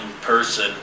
person